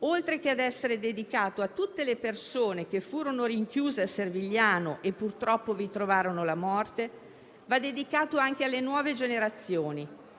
oltre che essere dedicato a tutte le persone rinchiuse a Servigliano e, purtroppo, vi trovarono la morte, va dedicato anche alle nuove generazioni,